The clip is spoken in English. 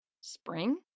Spring